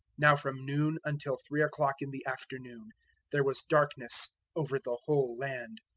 now from noon until three o'clock in the afternoon there was darkness over the whole land